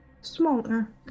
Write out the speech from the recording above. smaller